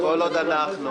כל עוד אנחנו,